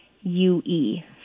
U-E